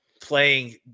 playing